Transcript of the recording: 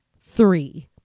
three